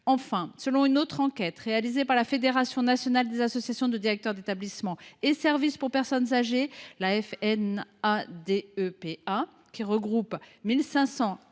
Selon une autre enquête réalisée par la Fédération nationale des associations de directeurs d’établissements et services pour personnes âgées (Fnadepa), qui regroupe 1 500 adhérents,